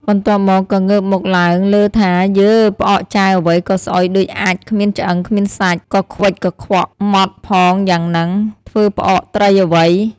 បន្ទាប់មកក៏ងើបមុខឡើងលើ់ថា“យើ ផ្អកចាវអ្វីក៏ស្អុយដូចអាចម៏ គ្មានឆ្អឹង គ្មានសាច់ កខ្វិចកខ្វក់ ហ្មត់ផងយ៉ាងហ្នឹង ធ្វើផ្អកត្រីអ្វី?។